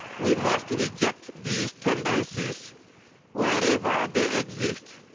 we must reject these tendencies wherever they exist,